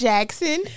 Jackson